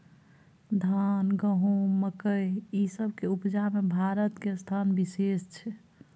धान, गहूम, मकइ, ई सब के उपजा में भारत के स्थान विशेष छै